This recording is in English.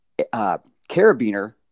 carabiner